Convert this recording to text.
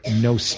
no